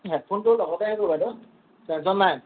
হেডফোনটো লগতে আহিব বাইদউ টেনশ্যন নাই